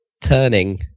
turning